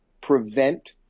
prevent